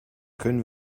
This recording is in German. können